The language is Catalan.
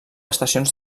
estacions